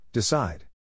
Decide